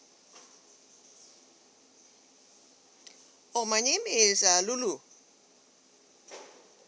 oh my name is uh lu lu